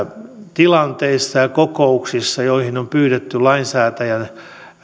tilanteissa ja kokouksissa joihin on pyydetty lainsäätäjän